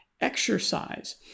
exercise